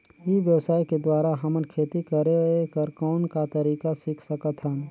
ई व्यवसाय के द्वारा हमन खेती करे कर कौन का तरीका सीख सकत हन?